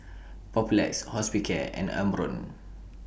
Papulex Hospicare and Omron